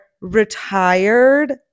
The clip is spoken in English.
retired